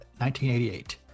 1988